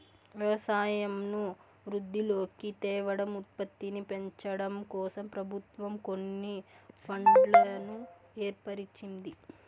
వ్యవసాయంను వృద్ధిలోకి తేవడం, ఉత్పత్తిని పెంచడంకోసం ప్రభుత్వం కొన్ని ఫండ్లను ఏర్పరిచింది